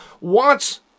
wants